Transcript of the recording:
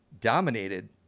dominated